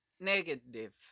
negative